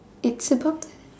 it's about